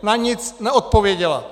Na nic neodpověděla.